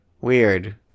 Weird